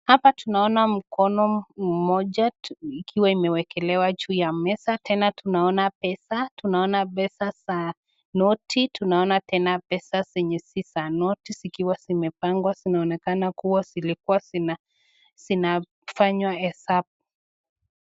Hapa tunaona mkono Mmoja ikiwa imewekelea juu ya meza Tena tunaona pesa za noti tunaona Tena pesa zenye si za noti zikiwa zimepangwa, zinaonekana kwamba zilikuwa zinafanywa hesabu